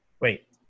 wait